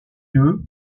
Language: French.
eux